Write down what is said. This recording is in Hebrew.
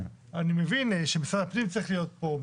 אני מבין שמשרד הפנים צריך להיות פה,